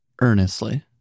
earnestly